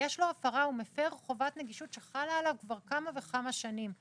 הוא מפר חובת נגישות שחלה עליו כבר כמה וכמה שנים.